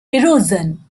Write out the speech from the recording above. erosion